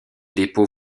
dépôts